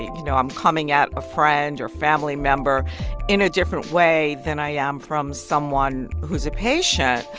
you know i'm coming at a friend or family member in a different way than i am from someone who's a patient.